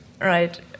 Right